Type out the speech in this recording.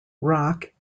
rock